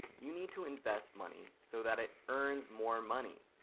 you need to invest money so that it earns more money.